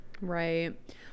Right